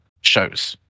shows